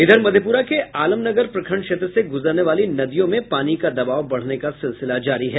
इधर मधेपुरा के आलमनगर प्रखंड क्षेत्र से गुजरने वाली नदियों में पानी का दबाव बढ़ने का सिलसिला जारी है